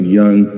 young